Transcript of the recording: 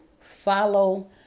follow